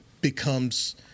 becomes